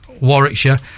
Warwickshire